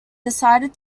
decided